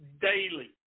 daily